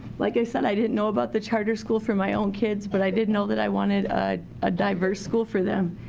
like i said i didn't know about the charter school for my own kids, but i did know that i wanted a ah diverse school for them.